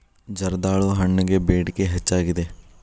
ಜರ್ದಾಳು ಹಣ್ಣಗೆ ಬೇಡಿಕೆ ಹೆಚ್ಚಾಗಿದೆ